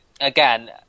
again